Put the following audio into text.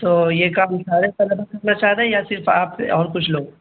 تو یہ کام سارے طلبہ کرنا چاہ رہے ہیں یا صرف آپ اور کچھ لوگ